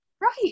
Right